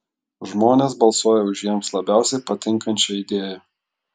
žmonės balsuoja už jiems labiausiai patinkančią idėją